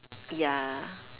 ya